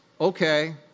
okay